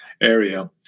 area